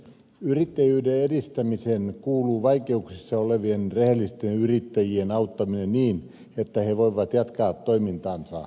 yrittäjyyden edistämiseen kuuluu vaikeuksissa olevien rehellisten yrittäjien auttaminen niin että he voivat jatkaa toimintaansa